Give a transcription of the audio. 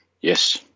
Yes